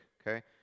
okay